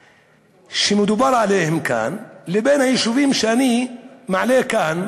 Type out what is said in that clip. שמדובר עליהם כאן לבין היישובים שאני מעלה כאן,